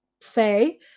say